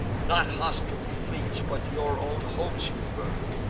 not hostile fleets, but your own hopes, you burn,